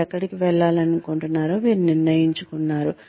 మీరు ఎక్కడికి వెళ్లాలనుకుంటున్నారో మీరు నిర్ణయించుకున్నారు